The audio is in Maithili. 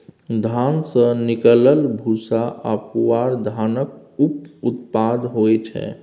धान सँ निकलल भूस्सा आ पुआर धानक उप उत्पाद होइ छै